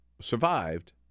survived